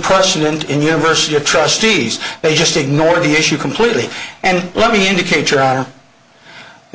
president in university or trustees they just ignored the issue completely and let me indicator and